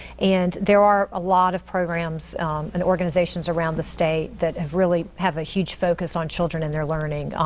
and there are a lot of programs and organizations around the state that have really have a huge focus on children and their learning.